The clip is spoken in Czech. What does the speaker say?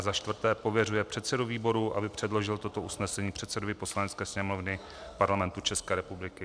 IV. pověřuje předsedu výboru, aby předložil toto usnesení předsedovi Poslanecké sněmovny Parlamentu České republiky.